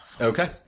Okay